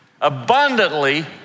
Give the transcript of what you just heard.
abundantly